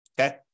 Okay